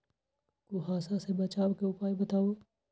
कुहासा से बचाव के उपाय बताऊ?